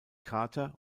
carter